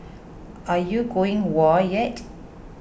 are you going whoa yet